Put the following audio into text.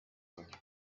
cinq